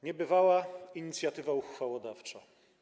Niebywała inicjatywa uchwałodawcza.